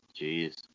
Jeez